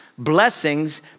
blessings